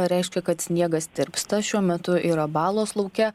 reiškia kad sniegas tirpsta šiuo metu yra balos lauke